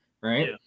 right